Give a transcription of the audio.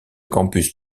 campus